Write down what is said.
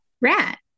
rat